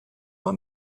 want